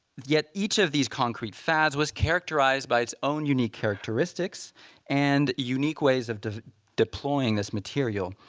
yet, each of these concrete fads was characterized by its own unique characteristics and unique ways of deploying this material.